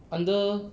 under